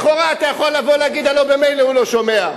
לכאורה אתה יכול לבוא להגיד: הלוא ממילא הוא לא שומע.